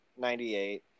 98